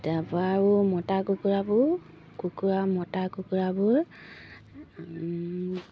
তাৰপৰা আৰু মতা কুকুৰাবোৰ কুকুৰা মতা কুকুৰাবোৰ